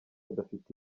bafite